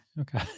Okay